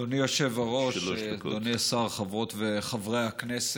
אדוני היושב-ראש, אדוני השר, חברות וחברי הכנסת,